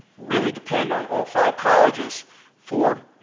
really depend on all five colleges for